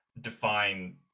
define